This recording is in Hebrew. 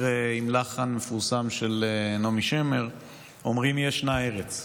עם לחן מפורסם של נעמי שמר: "אומרים ישנה ארץ".